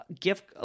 gift